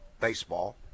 baseball